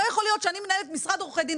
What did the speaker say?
לא יכול להיות שאני מנהלת משרד עורכי דין,